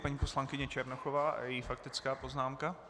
Paní poslankyně Černochová a její faktická poznámka.